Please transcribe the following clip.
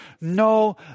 no